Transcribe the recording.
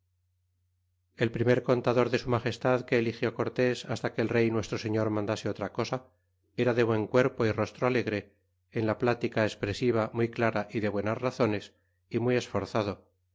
el primer contador de su magestad que eligió cortes hasta que el rey nuestro señor mandase otra cosa era de buen cuerpo rostro alegre en la plática expresiva muy clara de buenas razones muy esforzado